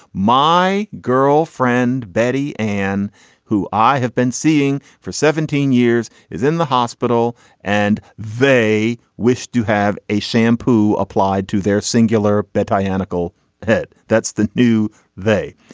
my girl friend betty anne who i have been seeing for seventeen years is in the hospital and they wish to have a shampoo applied to their singular betty animal head. that's the new they.